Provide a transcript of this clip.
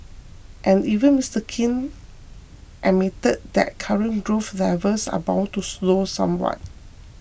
and even Mister King admitted that current growth levels are bound to slow somewhat